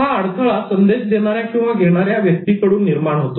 हा अडथळा संदेश देणाऱ्या किंवा घेणाऱ्या व्यक्ति कडून निर्माण होतो